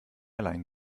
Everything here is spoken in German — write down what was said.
allein